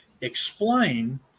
explain